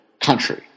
country